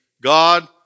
God